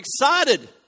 excited